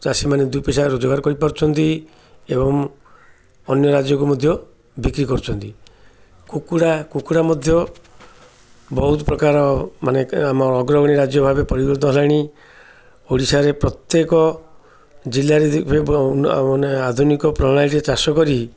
ଚାଷୀମାନେ ଦୁଇ ପଇସା ରୋଜଗାର କରିପାରୁନ୍ତି ଏବଂ ଅନ୍ୟ ରାଜ୍ୟକୁ ମଧ୍ୟ ବିକ୍ରି କରୁଛନ୍ତି କୁକୁଡ଼ା କୁକୁଡ଼ା ମଧ୍ୟ ବହୁତ ପ୍ରକାର ମାନେ ଆମ ଅଗ୍ରଗଣୀ ରାଜ୍ୟ ଭାବେ ପରିବର୍ତ୍ତ ହେଲାଣି ଓଡ଼ିଶାରେ ପ୍ରତ୍ୟେକ ଜିଲ୍ଲାରେ ମାନେ ଆଧୁନିକ ପ୍ରଣାଳୀରେ ଚାଷ କରି